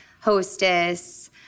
hostess